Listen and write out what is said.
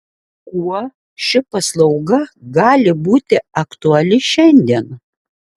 kuo ši paslauga gali būti aktuali šiandien